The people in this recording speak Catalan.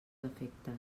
defectes